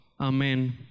Amen